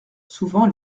souvent